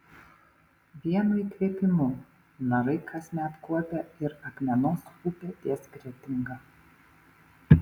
vienu įkvėpimu narai kasmet kuopia ir akmenos upę ties kretinga